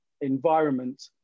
environment